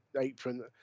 apron